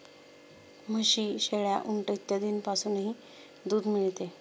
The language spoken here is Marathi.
म्हशी, शेळ्या, उंट इत्यादींपासूनही दूध मिळते